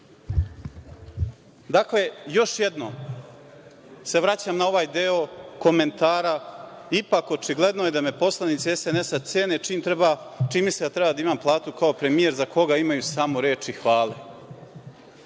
kvit. Još jednom, se vraćam na ovaj deo komentara, ipak očigledno je da me poslanici SNS cene čim misle da treba da imam platu kao premijer, za koga imaju samo reči hvale.